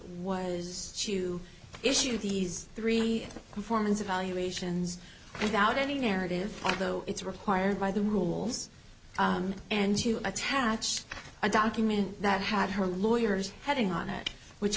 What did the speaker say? to issue these three performance evaluations without any narrative although it's required by the rules and to attach a document that had her lawyers heading on it which